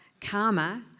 Karma